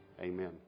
Amen